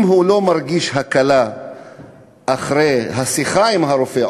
אם הוא לא מרגיש הקלה אחרי השיחה עם הרופא,